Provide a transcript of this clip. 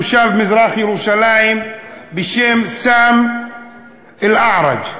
תושב מזרח-ירושלים בשם סאם אערג'.